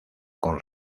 con